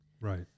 Right